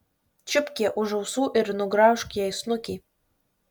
čiupk ją už ausų ir nugraužk jai snukį